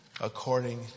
according